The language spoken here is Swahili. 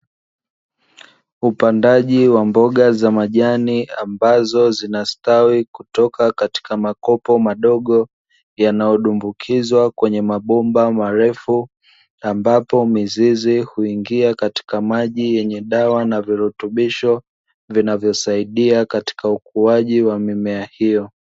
Upandaji wa mboga za majani ambazo zinastawi kutoka katika makopo madogo, yanayodumbukizwa kwenye mabomba marefu, ambapo mizizi huingia katika maji yenye dawa na virutubisho, vinavyosaidia katika ukuaji wa mimea hiyo.